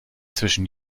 zwischen